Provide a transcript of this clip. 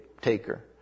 taker